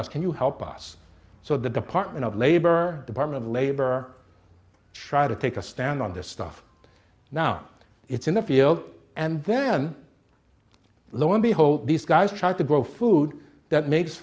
last can you help us so the department of labor department of labor shy to take a stand on this stuff now it's in the field and then lo and behold these guys try to grow food that ma